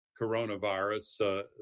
coronavirus